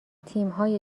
تیمهای